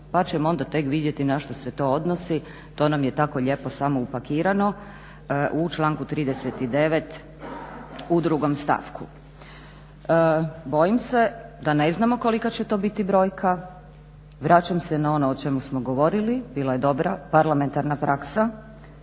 Pa ćemo onda tek vidjeti na što se to odnosi, to nam je tako lijepo samo upakirano u članku 39. u 2. stavku. Bojim se da ne znamo kolika će to biti brojka, vraćam se na ono o čemu smo govorili, bila je dobra parlamentarna praksa